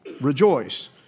Rejoice